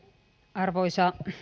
arvoisa